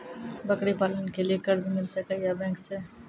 बकरी पालन के लिए कर्ज मिल सके या बैंक से?